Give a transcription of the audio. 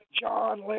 John